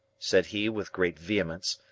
said he with great vehemence.